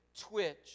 twitch